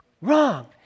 wrong